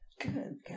Good